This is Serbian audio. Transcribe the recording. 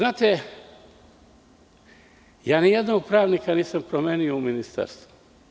Ja nijednog pravnika nisam promenio u Ministarstvu.